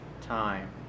time